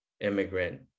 immigrant